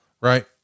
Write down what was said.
Right